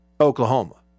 Oklahoma